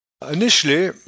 Initially